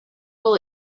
will